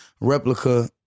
replica